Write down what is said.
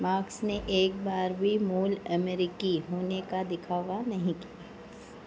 marks ने एक बार भी मूल अमेरिकी होने का दिखावा नहीं किया